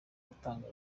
gutanga